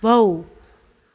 wow